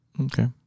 Okay